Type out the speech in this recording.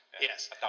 Yes